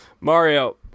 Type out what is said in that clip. Mario